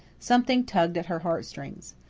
something tugged at her heartstrings.